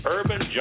Urban